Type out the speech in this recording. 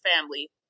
family